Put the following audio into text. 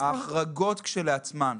ההחרגות כשלעצמן,